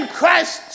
Christ